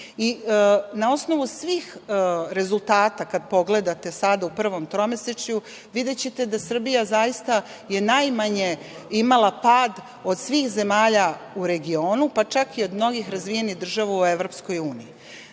na osnovu svih rezultata, kada pogledate sada u prvom tromesečju videćete da je Srbija imala najmanji pad od svih zemalja u regionu, pa čak i od mnogih razvijenih država u EU. Na kraju